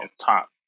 top